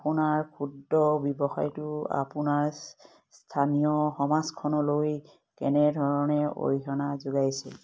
আপোনাৰ ক্ষুদ্ৰ ব্যৱসায়টো আপোনাৰ স্থানীয় সমাজখনলৈ কেনেধৰণে অৰিহণা যোগাইছিল